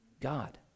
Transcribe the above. God